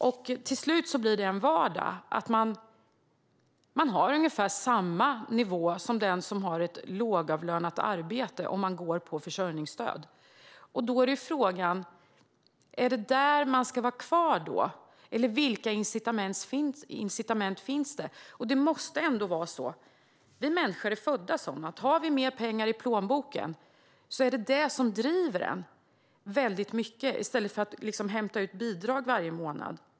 Om man går på försörjningsstöd blir det till slut en vardag att man har ungefär samma nivå som den som har ett lågavlönat arbete. Då är frågan: Är det där man ska vara kvar? Eller vilka incitament finns det? Vi människor fungerar så att om vi har mer pengar i plånboken är det detta som driver oss väldigt mycket, i stället för att hämta ut bidrag varje månad.